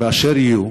באשר יהיו,